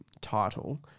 title